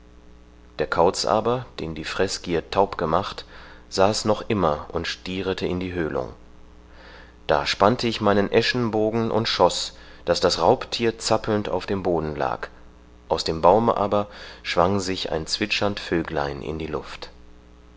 der kauz aber den die freßgier taub gemacht saß noch immer und stierete in die höhlung da spannte ich meinen eschenbogen und schoß daß das raubthier zappelnd auf dem boden lag aus dem baume aber schwang sich ein zwitschernd vöglein in die luft